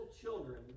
children